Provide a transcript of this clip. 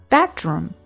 Bathroom